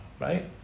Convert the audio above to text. Right